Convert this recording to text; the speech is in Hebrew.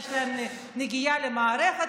יש להם נגיעה למערכת,